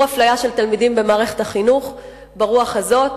אפליה של תלמידים במערכת החינוך ברוח הזאת.